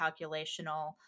calculational